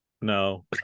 No